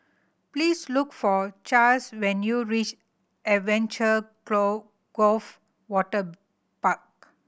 please look for Chas when you reach Adventure Cove Waterpark